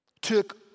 took